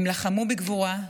הם לחמו בגבורה,